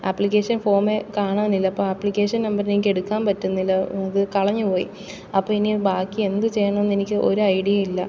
application ഫോമേ കാണാനില്ല അപ്പോൾ അപ്ലിക്കേഷൻ നമ്പറെനിക്കെടുക്കുക പറ്റുന്നില്ല അത് കളഞ്ഞ് പോയി അപ്പോൾ ഇനി ബാക്കി എന്ത് ചെയ്യണം എന്ന് എനിക്ക് ഒരു ഐഡിയയും ഇല്ല